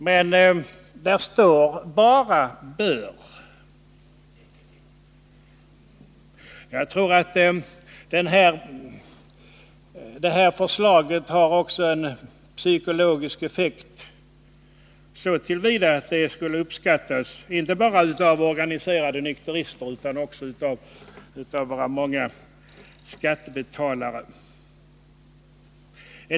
Men där står alltså bara Bör Jag tror att det här förslaget har psykologisk effekt så till vida att det skulle uppskattas inte bara av organiserade nykterister utan också av våra många skattebetalare.